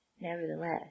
Nevertheless